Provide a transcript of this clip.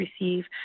receive